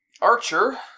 Archer